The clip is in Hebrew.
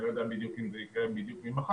אני לא יודע אם זה יקרה בדיוק ממחר,